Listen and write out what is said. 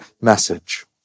message